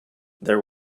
there